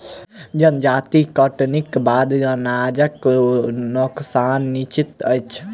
जजाति कटनीक बाद अनाजक नोकसान निश्चित अछि